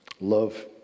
Love